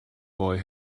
boy